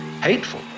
hateful